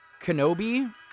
Kenobi